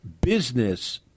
business